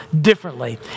differently